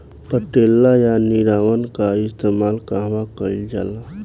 पटेला या निरावन का इस्तेमाल कहवा कइल जाला?